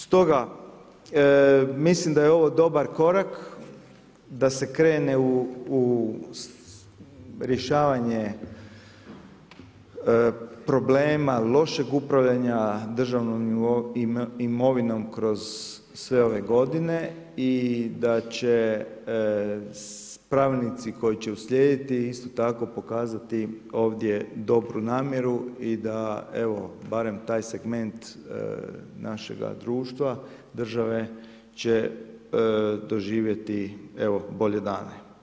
Stoga mislim da je ovo dobar korak da se krene u rješavanje problema lošeg upravljanja državnom imovinom kroz sve ove godine i da će pravilnici koji će uslijediti isto tako pokazati ovdje dobru namjeru i da barem taj segment našega društva, države će doživjeti bolje dane.